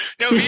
No